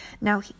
Now